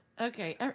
Okay